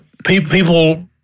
People